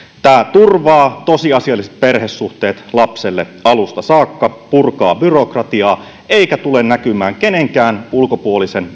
turvaa tosiasialliset perhesuhteet lapselle alusta saakka purkaa byrokratiaa eikä tule näkymään kenenkään ulkopuolisen